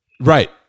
Right